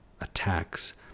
attacks